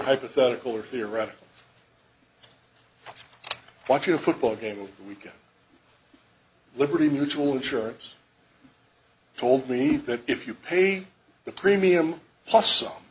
hypothetical or theoretical watching a football game over the weekend liberty mutual insurance told me that if you pay the premium p